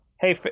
Hey